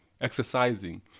exercising